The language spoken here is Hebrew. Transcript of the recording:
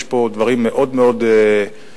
יש פה דברים מאוד מאוד מורכבים,